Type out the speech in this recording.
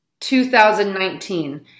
2019